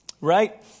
right